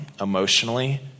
emotionally